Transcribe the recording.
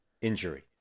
injury